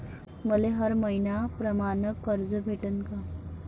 मले हर मईन्याप्रमाणं कर्ज भेटन का?